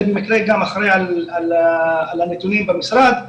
אני במקרה גם אחראי על הנתונים במשרד,